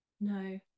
No